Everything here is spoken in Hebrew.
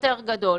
יותר גדול.